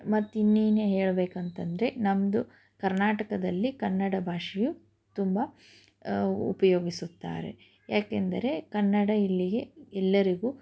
ಮತ್ತಿನೇನು ಹೇಳ್ಬೇಕಂತಂದ್ರೆ ನಮ್ಮದು ಕರ್ನಾಟಕದಲ್ಲಿ ಕನ್ನಡ ಭಾಷೆಯು ತುಂಬ ಉಪಯೋಗಿಸುತ್ತಾರೆ ಯಾಕೆಂದರೆ ಕನ್ನಡ ಇಲ್ಲಿಗೆ ಎಲ್ಲರಿಗೂ